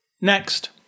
next